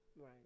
right